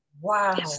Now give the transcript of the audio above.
Wow